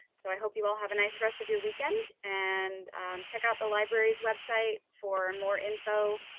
so i hope you will have a nice rest of your weekend and check out the library's website for and more info,